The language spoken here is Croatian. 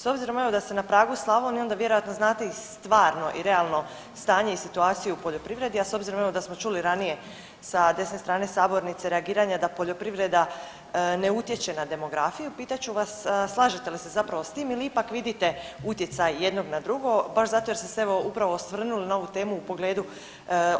S obzirom da ste evo na pragu Slavonije onda vjerojatno znate i stvarno i realno stanje i situaciju u poljoprivredi, a s obzirom evo da smo čuli ranije sa desne strane sabornice reagiranja da poljoprivreda ne utječe na demografiju pitat ću vas slažete li se zapravo s tim ili ipak vidite utjecaj jednog na drugo baš zato jer ste se evo upravo osvrnuli na ovu temu u pogledu